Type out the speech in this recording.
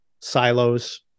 silos